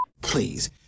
please